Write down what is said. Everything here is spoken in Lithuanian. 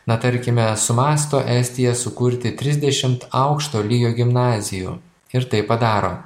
na tarkime sumąsto estija sukurti trisdešimt aukšto lygio gimnazijų ir tai padaro